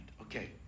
Okay